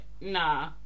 Nah